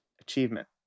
achievement